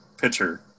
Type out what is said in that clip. pitcher